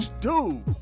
dude